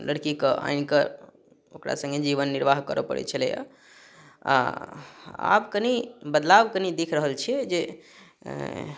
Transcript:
लड़कीके आनिकऽ ओकरा सङ्गे जीवन निर्वाह करऽ पड़ै छलैय आओर आब कनी बदलाव कनी देख रहल छियै जे